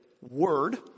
word